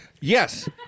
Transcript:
Yes